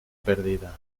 perdida